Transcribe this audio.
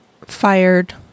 fired